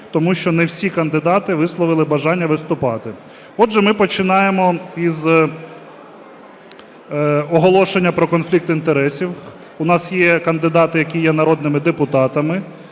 тому що не всі кандидати висловили бажання виступати. Отже, ми починаємо із оголошення про конфлікт інтересів. У нас є кандидати, які є народними депутатами.